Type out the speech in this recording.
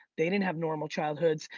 they didn't have normal childhoods.